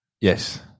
Yes